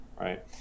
right